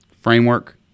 framework